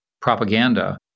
propaganda